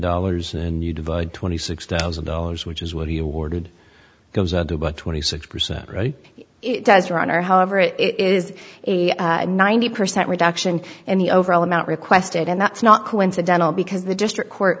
dollars and you divide twenty six thousand dollars which is what he awarded goes at about twenty six percent right it does your honor however it is a ninety percent reduction in the overall amount requested and that's not coincidental because the district court